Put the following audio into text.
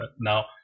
Now